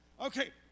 Okay